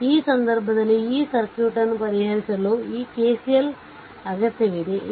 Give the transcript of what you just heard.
ಆದ್ದರಿಂದ ಈ ಸಂದರ್ಭದಲ್ಲಿ ಈ ಸರ್ಕ್ಯೂಟ್ ಅನ್ನು ಪರಿಹರಿಸಲು ಈ KCL ಅಗತ್ಯವಿದೆ